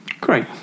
great